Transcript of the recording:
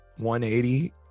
180